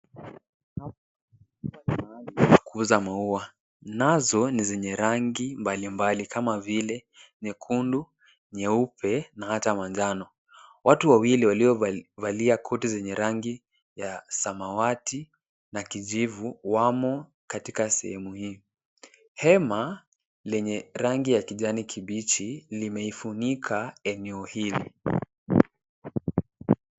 Kuna sehemu nyingi za kukuza maua. Nazo ni zenye rangi mbalimbali kama vile nyekundu, nyeupe na hata manjano. Watu wawili waliovalia koti zenye rangi ya samawati na kijivu wamo katika sehemu hii. Hema lenye rangi ya kijani kibichi limeifunika eneo hili.